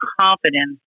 confidence